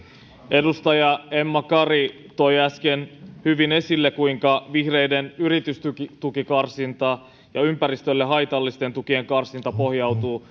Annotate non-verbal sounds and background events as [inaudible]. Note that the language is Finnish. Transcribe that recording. edustaja emma kari toi äsken hyvin esille kuinka vihreiden yritystukikarsinta ja ympäristölle haitallisten tukien karsinta pohjautuu [unintelligible]